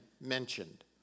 mentioned